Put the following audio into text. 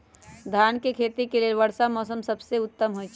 धान के खेती लेल वर्षा मौसम सबसे उत्तम होई छै